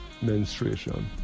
menstruation